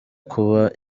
kuba